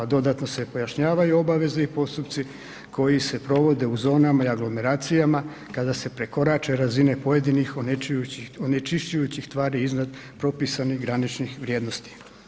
Dodatno se pojašnjavaju obaveze i postupci koji se provode u zonama i aglomeracijama kada se prekorače razine pojedinih onečišćujućih tvari iznad propisanih graničnih vrijednosti.